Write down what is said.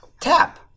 tap